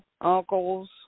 uncles